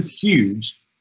huge